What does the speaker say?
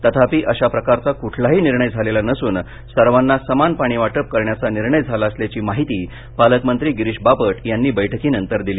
तथापि अश्या प्रकारचा कुठलाही निर्णय झालेला नसून सर्वाना समान पाणी वाटप करण्याचा निर्णय झाला असल्याची माहिती पालक मंत्री गिरीश बापट यांनी बैठकीनंतर दिली